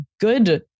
good